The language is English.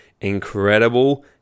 incredible